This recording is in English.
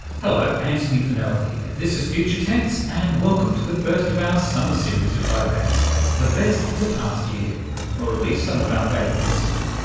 hello antony funnell here this is future tense and welcome to the first of our summer series of programmes the best of the past year or at least some of our favourites.